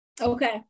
okay